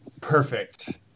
perfect